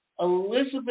Elizabeth